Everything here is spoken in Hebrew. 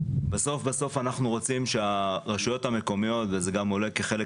בסוף-בסוף אנחנו רוצים שהרשויות המקומיות וזה גם עולה כחלק